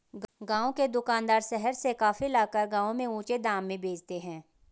गांव के दुकानदार शहर से कॉफी लाकर गांव में ऊंचे दाम में बेचते हैं